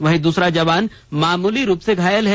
वहीं दूसरा जवान मामूली रूप से घायल है